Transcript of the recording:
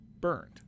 burned